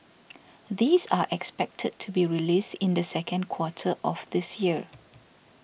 these are expected to be released in the second quarter of this year